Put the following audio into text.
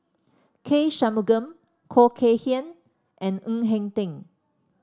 K Shanmugam Khoo Kay Hian and Ng Eng Teng